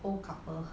卡